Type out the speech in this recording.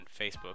Facebook